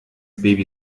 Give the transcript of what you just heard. baby